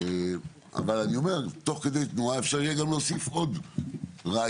אבל תוך כדי תנועה אפשר יהיה להוסיף עוד רעיונות